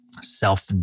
self